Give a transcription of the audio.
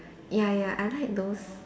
ya ya I like those